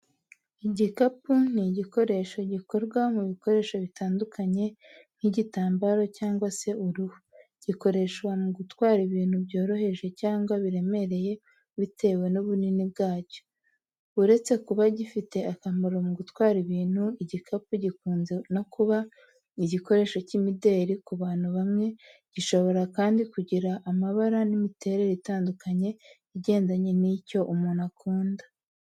Igikapu ni igikoresho gikorwa mu bikoresho bitandukanye nk'igitambaro cyangwa se uruhu. Gikoreshwa mu gutwara ibintu byoroheje cyangwa biremereye bitewe n’ubunini bwacyo. Uretse kuba gifite akamaro mu gutwara ibintu, igikapu gikunze no kuba igikoresho cy’imideri ku bantu bamwe, gishobora kandi kugira amabara n’imiterere itandukanye igendanye n’icyo umuntu akunda.